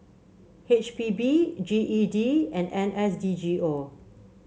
H P B G E D and N S D G O